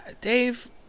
Dave